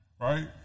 right